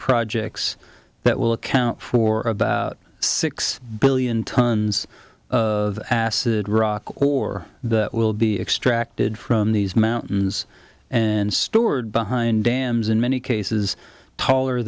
projects that will account for about six billion tons of acid rock or that will be extracted from these mountains and stored behind dams in many cases taller